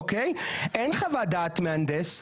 אין חוות דעת מהנדס.